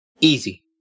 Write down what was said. Easy